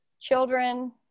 children